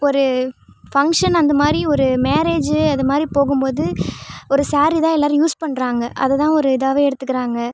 ஒரு ஃபங்க்ஷன் அந்த மாதிரி ஒரு மேரேஜு அதுமாதிரி போகும் போது ஒரு ஸாரி தான் எல்லோரும் யூஸ் பண்ணுறாங்க அதைதான் ஒரு இதாகவே எடுத்துக்கிறாங்க